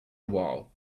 while